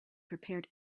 prepared